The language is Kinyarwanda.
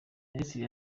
minisitiri